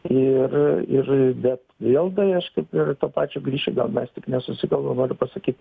ir ir bet vėl tai aš kaip prie to pačio grįšiu gal mes tik nesusikalbam noriu pasakyt